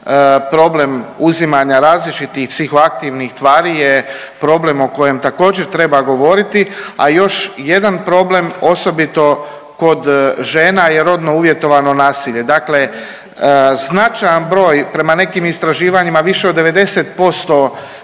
problem uzimanja različitih psihoaktivnih tvari je problem o kojem također treba govoriti, a još jedan problem osobito kod žena je rodno uvjetovano nasilje. Dakle, značajan broj prema nekim istraživanjima više od 90%